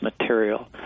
material